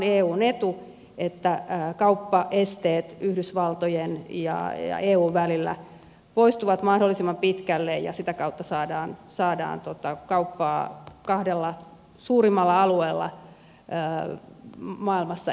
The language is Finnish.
eun etu on että kauppaesteet yhdysvaltojen ja eun välillä poistuvat mahdollisimman pitkälle ja sitä kautta saadaan kauppaa kahdella suurimmalla alueella maailmassa edistettyä